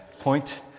point